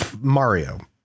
Mario